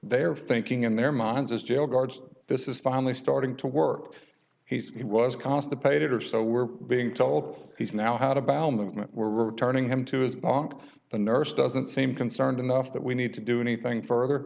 they are thinking in their minds as jail guards this is finally starting to work he said he was constipated or so we're being told he's now how to bow movement we're returning him to his bunk the nurse doesn't seem concerned enough that we need to do anything further